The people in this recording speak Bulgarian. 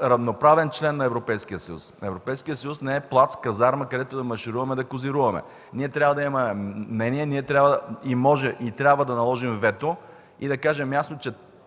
равноправен член на Европейския съюз, Европейският съюз не е плац, казарма, където да маршируваме и да козируваме. Ние трябва да имаме мнение, ние може и трябва да наложим вето и да кажем ясно, че